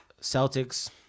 Celtics